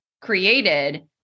created